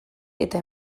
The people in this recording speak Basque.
eta